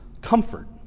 comfort